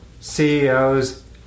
CEOs